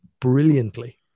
brilliantly